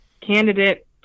candidate